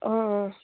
অঁ অঁ